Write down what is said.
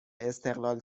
استقلال